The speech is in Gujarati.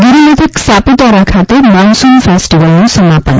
ગીરીમથક સાપુતારા ખાતે મોન્સૂન ફેસ્ટીવલનું સમાપન